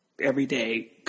everyday